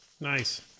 Nice